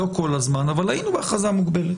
לא כל הזמן, אבל היינו בהכרזה מוגבלת.